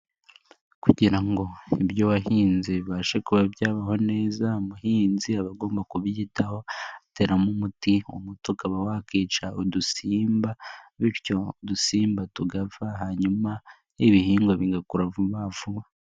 Kugira ngo ibyo wahinze bibashe kuba byabaho neza, umuhinzi aba agomba kubyitaho ateramo umuti, umuti ukaba wakica udusimba bityo udusimba tugapfa hanyuma N'ibihingwa bigakura vuba vuba.